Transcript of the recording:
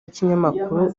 n’ikinyamakuru